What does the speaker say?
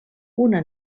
una